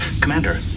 Commander